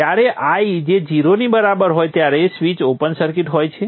જ્યારે I જે 0 ની બરાબર હોય ત્યારે સ્વીચ ઓપન સર્કિટ હોય છે